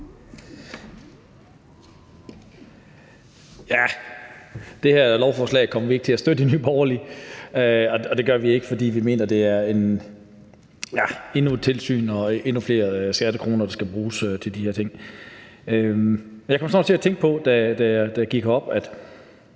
det. Det her lovforslag kommer vi ikke til at støtte i Nye Borgerlige, og det gør vi ikke, fordi vi mener, det er endnu et tilsyn og endnu flere skattekroner, der skal bruges til de her ting. Jeg kom til at tænke på, da jeg gik herop, at